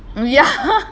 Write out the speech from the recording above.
mm ya